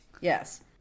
Yes